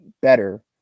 better